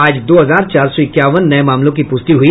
आज दो हजार चार सौ इक्यावन नये मामलों की पुष्टि हुई